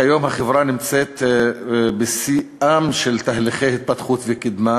כיום החברה נמצאת בשיאם של תהליכי התפתחות וקדמה,